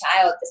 child